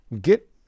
get